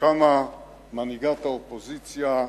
קמה מנהיגת האופוזיציה,